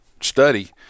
study